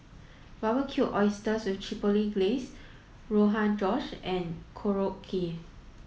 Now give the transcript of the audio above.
Barbecued Oysters with Chipotle Glaze Rogan Josh and Korokke